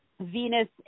Venus